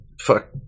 Fuck